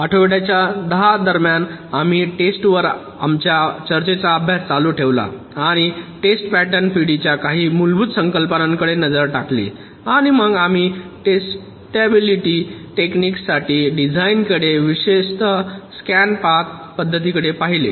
आठवड्या 10 दरम्यान आम्ही टेस्ट वर आमच्या चर्चेचा अभ्यास चालू ठेवला आणि टेस्ट पॅटर्न पिढीच्या काही मूलभूत संकल्पनांकडे नजर टाकली आणि मग आम्ही टेस्टिबिलिटी टेक्निक्स साठी डिझाइनकडे विशेषतः स्कॅन पाथ पद्धतीकडे पाहिले